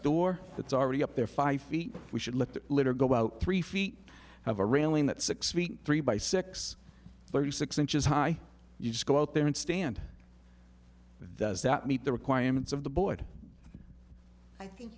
door that's already up there five feet we should let the litter go out three feet of a railing that sixty three by six thirty six inches high you just go out there and stand those that meet the requirements of the board i think